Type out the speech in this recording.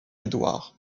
édouard